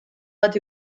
bat